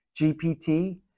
GPT